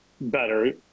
better